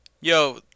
Yo